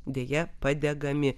deja padegami